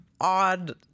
odd